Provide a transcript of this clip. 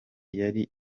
yari